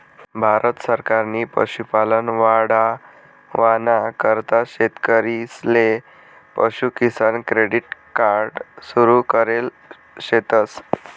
भारत सरकारनी पशुपालन वाढावाना करता शेतकरीसले पशु किसान क्रेडिट कार्ड सुरु करेल शेतस